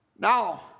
Now